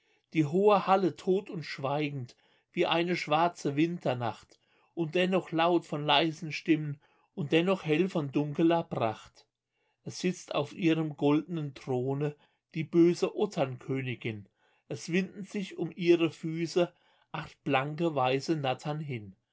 die hohe halle tot und schweigend wie eine schwarze winternacht und dennoch laut von leisen stimmen und dennoch hell von dunkeler pracht es sitzt auf ihrem gold'nen throne die böse otternkönigin es winden sich um ihre füße acht blanke weiße nattern hin